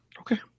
Okay